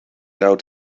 out